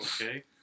okay